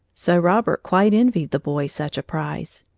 so robert quite envied the boy such a prize.